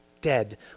dead